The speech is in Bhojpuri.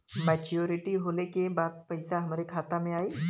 मैच्योरिटी होले के बाद पैसा हमरे खाता में आई?